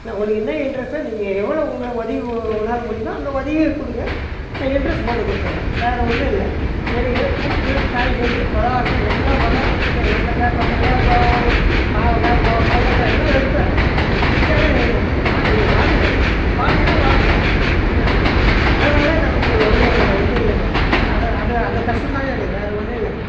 என்ன உனக்கு என்ன இன்ட்ரெஸ்ட்டோ நீங்கள் எவ்வளோ உங்களால் உதவி உன்னால் முடியுமோ அந்த உதவிய கொடுங்க நான் இன்ட்ரஸ்ட் போட்டு கொடுத்தர்றேன் வேறு ஒன்றும் இல்லை எனக்கு பூக்கள் காய்கறி எல்லா பொருளாதார தேவைக்கும் வெண்டைக்காய் கொத்தவரங்க பாவக்காய் பொடலங்கா எல்லாம் வைப்பேன் வெச்சாலும் எங்கள் கிட்டே பானி வாட்ரு கிடையாது பானின்னா வாட்ரு என்ன அதனால நமக்கு ஒன்றும் இது இல்லைங்க அது அது அந்த கஷ்டந்தாங்க எனக்கு வேறு ஒன்றும் இல்லைங்க